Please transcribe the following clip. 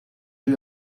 you